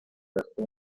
esto